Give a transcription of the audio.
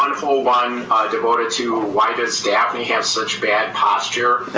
one whole one devoted to why does daphne have such bad posture?